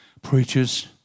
Preachers